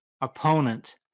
opponent